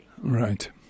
Right